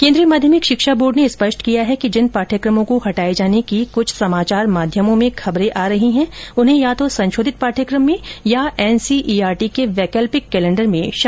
केन्द्रीय माध्यमिक शिक्षा बोर्ड ने स्पष्ट किया है कि जिन पाठ्यक्रमों को हटाए जाने की कुछ समाचार माध्यमों में खबरें आ रही हैं उन्हें या तो संशोधित पाठ्यक्रम में या एनसीईआरटी के वैकल्पिक कैलेण्डर में शामिल किया जा रहा है